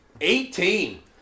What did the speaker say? Eighteen